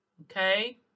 Okay